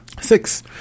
Six